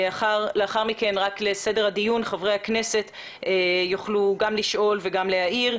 ולאחר מכן חברי הכנסת יוכלו לשאול ולהעיר.